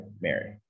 Mary